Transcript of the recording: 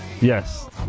Yes